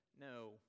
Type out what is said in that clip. no